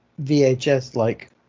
VHS-like